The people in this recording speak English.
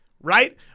right